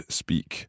speak